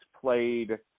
played –